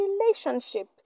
relationship